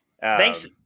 thanks